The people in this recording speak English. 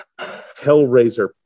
Hellraiser